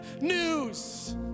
news